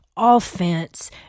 offense